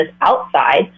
outside